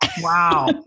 Wow